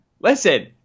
listen